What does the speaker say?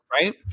right